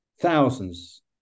thousands